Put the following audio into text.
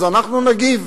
אז אנחנו נגיב.